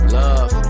love